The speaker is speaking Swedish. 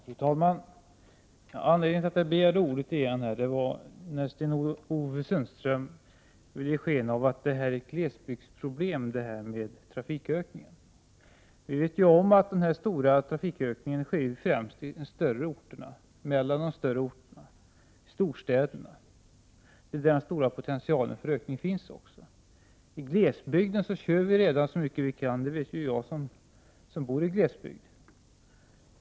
Fru talman! Anledningen till att jag igen begärde ordet är att Sten-Ove Sundström vill ge sken av att trafikökningen är ett glesbygdsproblem. Vi vet ju om att den stora trafikökningen främst sker mellan de större orterna och i storstäderna. Det är också där den stora ökningspotentialen finns. I glesbygden kör vi redan så mycket vi kan. Det vet jag som bor i glesbygd.